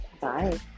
Bye